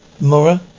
Mora